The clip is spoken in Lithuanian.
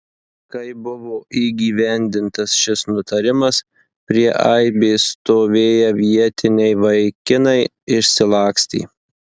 kai buvo įgyvendintas šis nutarimas prie aibės stovėję vietiniai vaikinai išsilakstė